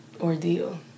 ordeal